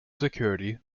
security